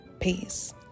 Peace